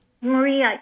Maria